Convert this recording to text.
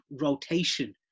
rotation